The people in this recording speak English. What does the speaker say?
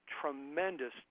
tremendous